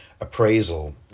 appraisal